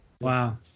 Wow